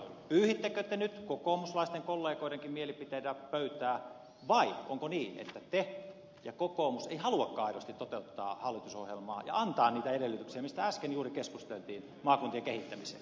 pyyhittekö te nyt kokoomuslaisten kollegoidenkin mielipiteillä pöytää vai onko niin että te ja kokoomus ette haluakaan aidosti toteuttaa hallitusohjelmaa ja antaa niitä edellytyksiä mistä äsken juuri keskusteltiin maakuntien kehittämiseen